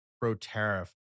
pro-tariff